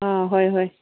ꯑꯥ ꯍꯣꯏ ꯍꯣꯏ